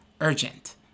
urgent